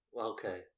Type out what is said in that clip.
Okay